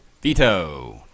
veto